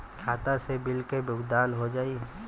खाता से बिल के भुगतान हो जाई?